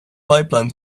pipeline